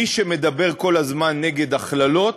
מי שמדבר כל הזמן נגד הכללות,